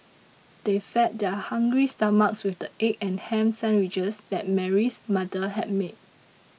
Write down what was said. they fed their hungry stomachs with the egg and ham sandwiches that Mary's mother had made